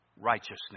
righteousness